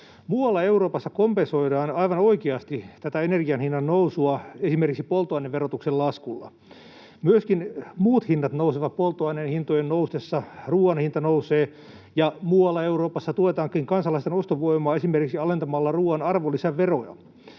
Muualla Euroopassa kompensoidaan aivan oikeasti tätä energianhinnan nousua esimerkiksi polttoaineverotuksen laskulla. Myöskin muut hinnat nousevat polttoaineen hintojen noustessa. Ruoan hinta nousee, ja muualla Euroopassa tuetaankin kansalaisten ostovoimaa esimerkiksi alentamalla ruoan arvonlisäveroa.